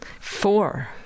Four